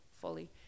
fully